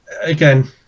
again